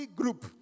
group